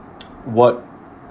what